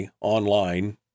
online